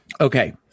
Okay